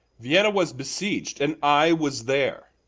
vienna was besieg'd, and i was there,